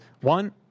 one